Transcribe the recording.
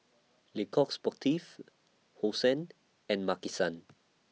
Le Coq Sportif Hosen and Maki San